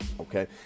Okay